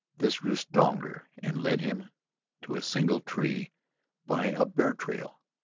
this grew stronger and led him to a single tree by a bear-trail.